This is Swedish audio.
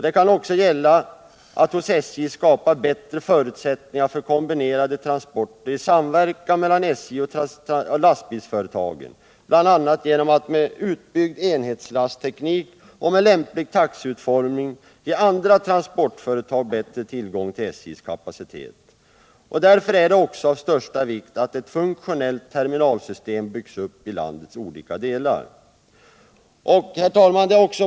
Det kan också gälla att hos SJ skapa bättre förutsättningar för kombinerade transporter i samverkan mellan SJ och lastbilsföretagen, bl.a. genom att med utbyggd enhetslastteknik och med lämplig taxeutformning ge andra transportföretag bättre tillgång till SJ:s kapacitet. Därför är det också av största vikt att ett funktionellt terminalsystem byggs upp i landets olika delar. Herr talman!